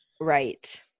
right